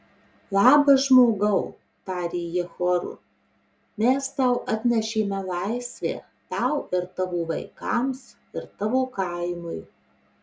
labas žmogau tarė jie choru mes tau atnešėme laisvę tau ir tavo vaikams ir tavo kaimui